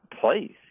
place